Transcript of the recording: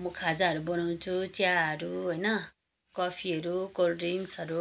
म खाजाहरू बनाउँछु चियाहरू होइन कफीहरू कोल्ड ड्रिङ्क्सहरू